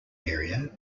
area